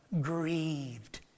grieved